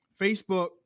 Facebook